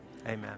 Amen